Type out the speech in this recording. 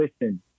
listen